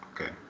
Okay